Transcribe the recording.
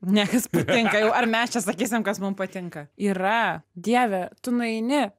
ne kas patinka jau ar mes čia sakysim kas mum patinka yra dieve tu nueini